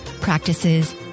practices